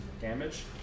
damage